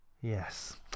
Yes